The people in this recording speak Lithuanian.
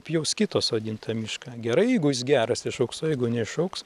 pjaus kito sodintą mišką gerai jeigu jis geras išaugs o jeigu neišaugs